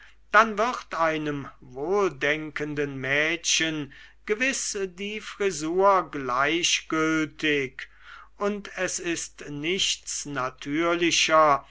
dann wird einem wohldenkenden mädchen gewiß die frisur gleichgültig und es ist nichts natürlicher